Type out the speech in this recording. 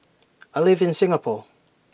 I live in Singapore